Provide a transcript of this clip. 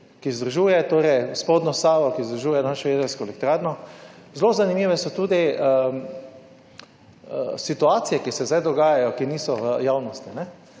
ki združuje torej spodnjo Savo, ki združuje našo jedrsko elektrarno. Zelo zanimive so tudi situacije, ki se zdaj dogajajo, ki niso v javnosti.